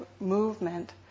movement